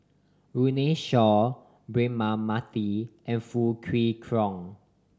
Runme Shaw Braema Mathi and Foo Kwee Horng